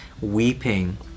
weeping